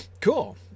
cool